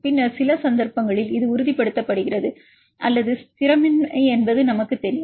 பின்னர் சில சந்தர்ப்பங்களில் இது உறுதிப்படுத்தப்படுகிறது அல்லது ஸ்திரமின்மை என்பது நமக்குத் தெரியும்